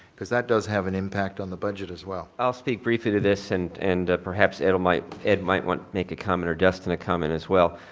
cause that does have an impact on the budget as well. i'll speak briefly to this and and perhaps ed might ed might want to make a comment or dustin to comment as well.